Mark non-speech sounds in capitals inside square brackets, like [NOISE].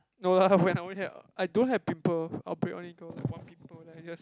no [LAUGHS] lah when I only had I don't have pimple outbreak only got like one pimple then I just